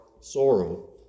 sorrow